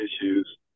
issues